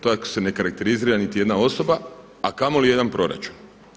Tako se ne karakterizira niti jedna osoba, a kamoli jedan proračun.